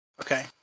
Okay